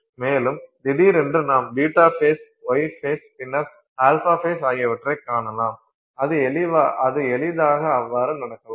மேலும் திடீரென்று நாம் β ஃபேஸ் γ ஃபேஸ் பின்னர் α ஃபேஸ் ஆகியவற்றைக் காணலாம் அது எளிதாக அவ்வாறு நடக்கலாம்